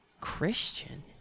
Christian